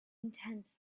intense